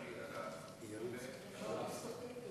להסתפק.